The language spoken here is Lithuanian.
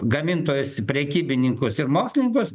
gamintojus prekybininkus ir mokslininkus